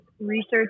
research